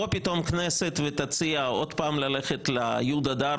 פתאום כנסת ותציע עוד פעם ללכת ל-י' אדר